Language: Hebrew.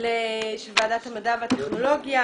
של ועדת המדע והטכנולוגיה,